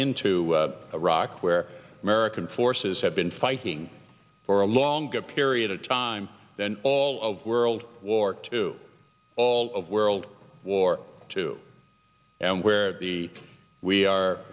into iraq where american forces have been fighting for a longer period of time than all of world war two all of world war two and where we are